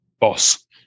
boss